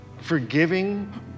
forgiving